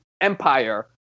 empire